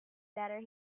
better